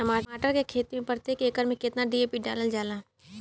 टमाटर के खेती मे प्रतेक एकड़ में केतना डी.ए.पी डालल जाला?